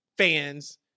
fans